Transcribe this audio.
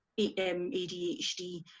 ADHD